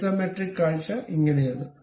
isometric കാഴ്ച ഇങ്ങനെയാണ്